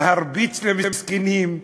להרביץ למסכנים.